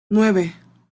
nueve